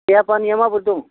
देहा फानिया माब्रै दं